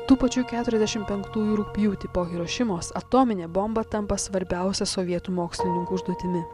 tų pačių keturiasdešim penktųjų rugpjūtį po hirošimos atominė bomba tampa svarbiausia sovietų mokslininkų užduotimi